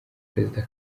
perezida